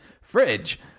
fridge